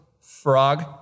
frog